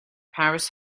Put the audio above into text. paris